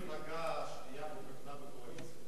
אתה המפלגה השנייה בגודל בקואליציה.